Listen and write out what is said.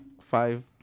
five